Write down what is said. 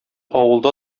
авылда